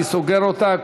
אני סוגר אותה.